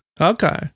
okay